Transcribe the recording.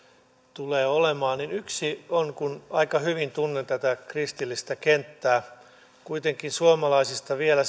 tulee olemaan yksi on kun aika hyvin tunnen tätä kristillistä kenttää kuitenkin suomalaisista vielä